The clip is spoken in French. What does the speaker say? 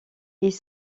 ils